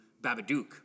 Babadook